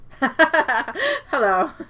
Hello